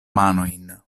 manojn